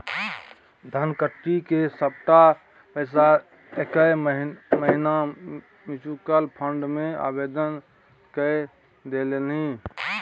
धनकट्टी क सभटा पैसा लकए मोहन म्यूचुअल फंड मे आवेदन कए देलनि